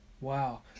Wow